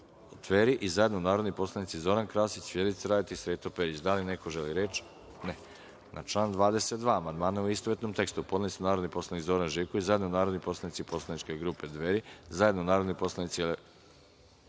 Dveri i zajedno narodni poslanici Zoran Krasić, Vjerica Radeta i Sreto Perić. Da li neko želi reč? (Ne)Na član 22. amandmane, u istovetnom tekstu, podneli su narodni poslanik Zoran Živković, zajedno narodni poslanici poslaničke grupe Dveri, i zajedno narodni poslanici